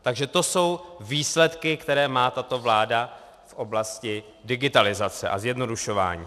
Takže to jsou výsledky, které má tato vláda v oblasti digitalizace a zjednodušování.